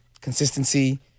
consistency